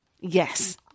yes